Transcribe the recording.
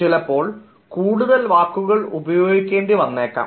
ചിലപ്പോൾ കൂടുതൽ വാക്കുകൾ ഉപയോഗിക്കേണ്ടി വന്നേക്കാം